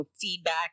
feedback